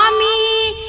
um me